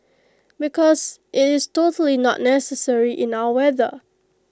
because IT is totally not necessary in our weather